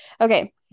Okay